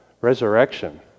resurrection